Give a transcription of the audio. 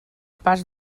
pas